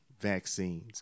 vaccines